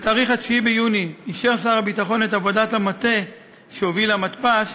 ב-9 ביוני אישר שר הביטחון את עבודת המטה שהוביל המתפ"ש